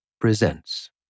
presents